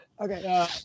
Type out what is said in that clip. Okay